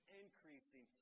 increasing